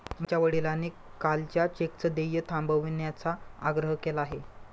मोहनच्या वडिलांनी कालच्या चेकचं देय थांबवण्याचा आग्रह केला आहे